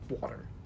water